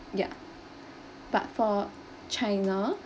ya but for china